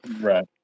Right